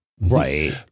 right